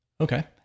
Okay